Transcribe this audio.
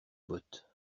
botte